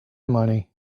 money